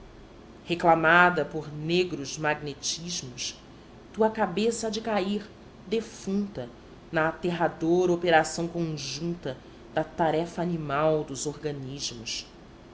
reclamada por negros magnetismos tua cabeça há de cair defunta na aterradora operação conjunta da tarefa animal dos organismos